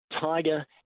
Tiger